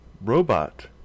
robot